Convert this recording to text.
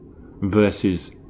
versus